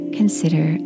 consider